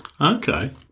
Okay